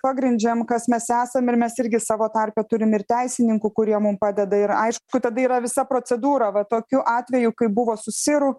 pagrindžiam kas mes esam ir mes irgi savo tarpe turim ir teisininkų kurie mum padeda ir aišku tada yra visa procedūra va tokiu atveju kaip buvo su siru